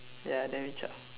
ya I didn't reach out